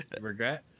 Regret